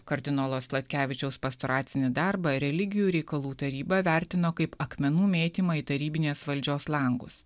kardinolo sladkevičiaus pastoracinį darbą religijų reikalų taryba vertino kaip akmenų mėtymą į tarybinės valdžios langus